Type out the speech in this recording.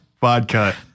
Vodka